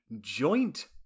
joint